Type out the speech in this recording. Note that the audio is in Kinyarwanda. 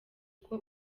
uko